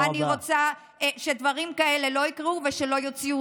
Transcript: אני רוצה שדברים כאלה לא יקרו ושלא יוציאו